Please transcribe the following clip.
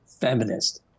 feminist